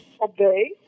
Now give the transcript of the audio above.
obey